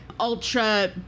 ultra